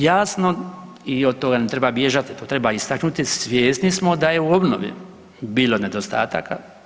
Jasno i od toga ne treba bježati, to treba istaknuti, svjesni smo da je u obnovi bilo nedostataka.